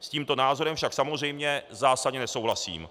S tímto názorem však samozřejmě zásadně nesouhlasím.